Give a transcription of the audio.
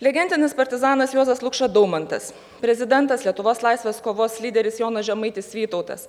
legendinis partizanas juozas lukša daumantas prezidentas lietuvos laisvės kovos lyderis jonas žemaitis vytautas